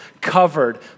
covered